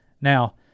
Now